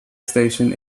station